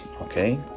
okay